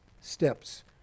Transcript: steps